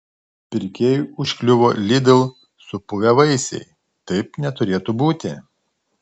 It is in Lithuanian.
pirkėjui užkliuvo lidl supuvę vaisiai taip neturėtų būti